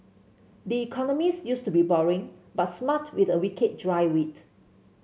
the Economist used to be boring but smart with a wicked dry wit